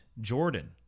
Jordan